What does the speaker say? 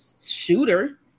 shooter